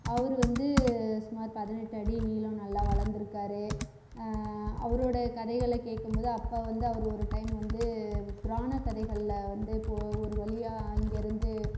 அவர் வந்து சுமார் ஒரு பதினெட்டு அடி நீளம் நல்லா வளர்ந்துருக்காரு அவரோட கதைகளை கேட்கும்போது அப்போ வந்து அவர் ஓரு டைம் வந்து புராண கதைகளில் வந்து இப்போ ஒரு வழியா அங்கேருந்து